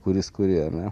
kuris kurį ar ne